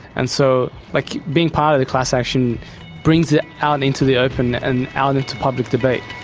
and so like being part of the class action brings it out into the open and out into public debate.